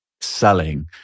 selling